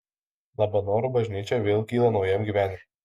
labanoro bažnyčia vėl kyla naujam gyvenimui